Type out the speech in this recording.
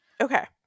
Okay